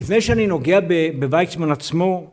לפני שאני נוגע בוויצמן עצמו.